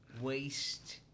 waste